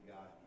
God